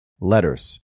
letters